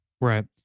Right